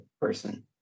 person